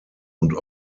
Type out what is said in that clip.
und